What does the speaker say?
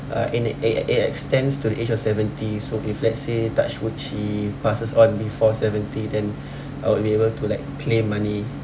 uh and it it it extends to the age of seventy so if let's say touch wood she passes on before seventy then I'll be able to like claim money